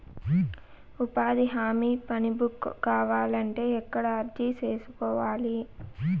ఉపాధి హామీ పని బుక్ కావాలంటే ఎక్కడ అర్జీ సేసుకోవాలి?